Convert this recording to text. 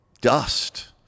dust